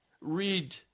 Read